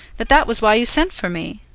that that was why you sent for me.